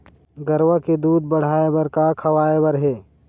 गरवा के दूध बढ़ाये बर का खवाए बर हे?